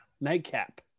nightcap